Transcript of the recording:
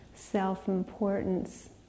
self-importance